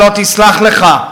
חבר כנסת יצחק הרצוג,